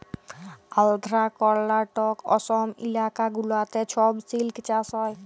আল্ধ্রা, কর্লাটক, অসম ইলাকা গুলাতে ছব সিল্ক চাষ হ্যয়